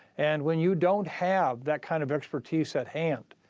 and when you don't have that kind of expertise at hand,